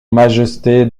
majesté